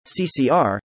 CCR